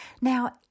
Now